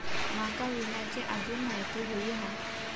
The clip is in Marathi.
माका विम्याची आजून माहिती व्हयी हा?